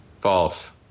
false